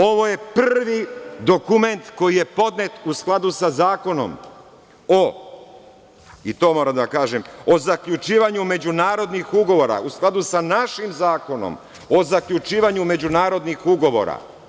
Ovo je prvi dokument koji je podnet u skladu sa Zakonom o zaključivanju međunarodnih ugovora, u skladu sa našim Zakonom o zaključivanju međunarodnih ugovora.